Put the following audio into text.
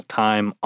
time